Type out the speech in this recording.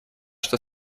что